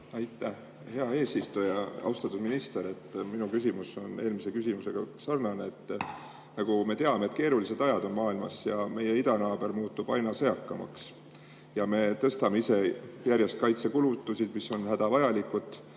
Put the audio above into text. Aitäh, hea eesistuja! Austatud minister! Minu küsimus on eelmise küsimusega sarnane. Nagu me teame, keerulised ajad on maailmas, meie idanaaber muutub aina sõjakamaks ja me tõstame ise järjest kaitsekulutusi, mis on hädavajalik.